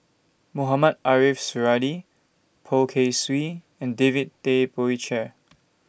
Mohamed Ariff Suradi Poh Kay Swee and David Tay Poey Cher